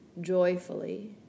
joyfully